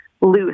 loose